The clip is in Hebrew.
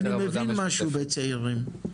אני מבין משהו בצעירים,